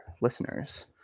listeners